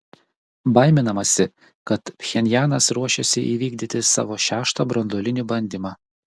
baiminamasi kad pchenjanas ruošiasi įvykdyti savo šeštą branduolinį bandymą